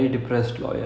ya